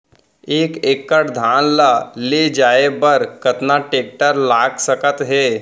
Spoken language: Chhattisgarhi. एक एकड़ धान ल ले जाये बर कतना टेकटर लाग सकत हे?